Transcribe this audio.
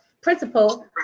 principal